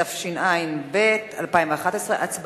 התשע"ב 2011, הצבעה.